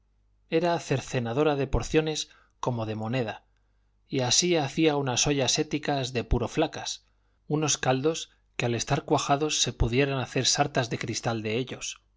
era cercenadora de porciones como de moneda y así hacía unas ollas éticas de puro flacas unos caldos que a estar cuajados se pudieran hacer sartas de cristal de ellos